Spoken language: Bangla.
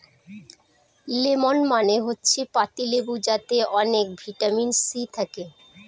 লেমন মানে হচ্ছে পাতি লেবু যাতে অনেক ভিটামিন সি থাকে